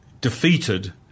defeated